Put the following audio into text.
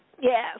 Yes